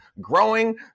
growing